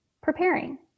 preparing